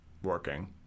working